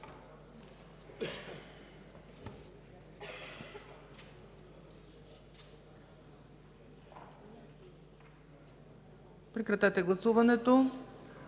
Прекратете гласуването.